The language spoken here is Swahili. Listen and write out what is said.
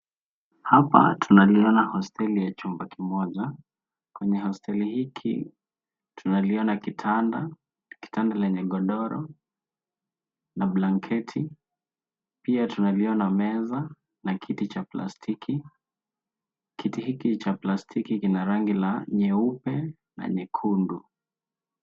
Hapa tunaliona hosteli ya chumba kimoja. Kwenye hosteli hiki, tunaliona kitanda, kitanda lenye godoro na blanketi. Pia tunaliona meza na kiti cha plastiki. Kiti hiki cha plastiki kina rangi la nyeupe na nyekundu.